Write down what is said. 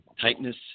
tightness